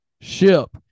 ship